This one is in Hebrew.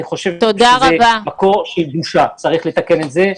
אני חושב שזה מקור לבושה וצריך לתקן אותו ובהקדם.